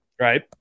right